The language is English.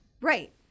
Right